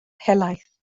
helaeth